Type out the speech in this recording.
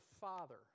Father